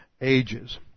ages